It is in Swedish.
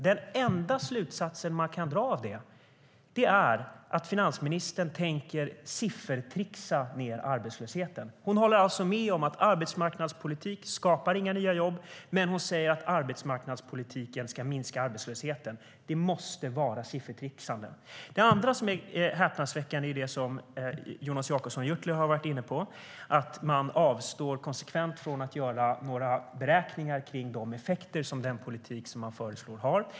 Den enda slutsatsen man kan dra av det är att finansministern tänker siffertricksa ned arbetslösheten. Hon håller med om att arbetsmarknadspolitik inte skapar några nya jobb, men hon säger att arbetsmarknadspolitiken ska minska arbetslösheten. Det måste vara siffertricksande. Den andra punkten som är häpnadsväckande har Jonas Jacobsson Gjörtler varit inne på, att man konsekvent avstår från att göra några beräkningar av de effekter som den föreslagna politiken har.